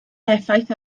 effaith